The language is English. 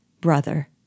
Brother